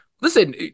listen